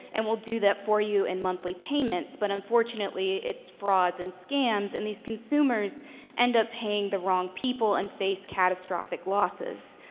and we'll do that for you in monthly payments, but unfortunately, it's frauds and scams. and these consumers end up paying the wrong people and face catastrophic losses.